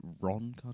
Ron